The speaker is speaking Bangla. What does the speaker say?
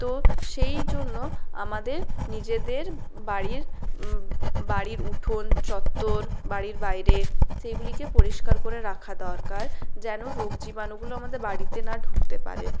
তো সেই জন্য আমাদের নিজেদের বাড়ির বাড়ির উঠোন চত্ত্বর বাড়ির বাইরে সেগুলিকে পরিষ্কার করে রাখা দরকার যেন রোগজীবাণুগুলো আমাদের বাড়িতে না ঢুকতে পারে